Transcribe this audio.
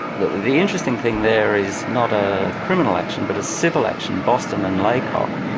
the the interesting thing there is not a criminal action but a civil action, boston and laycock.